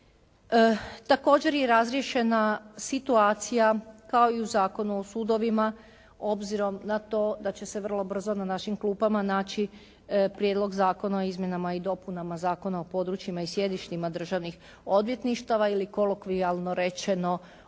Također je razriješena situacija kao i u Zakonu o sudovima obzirom na to da će se vrlo brzo na našim klupama naći Prijedlog zakona o izmjenama i dopunama Zakona o područjima i sjedištima državnih odvjetništava ili kolokvijalno rečeno o